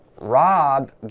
Rob